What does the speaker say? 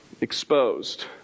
exposed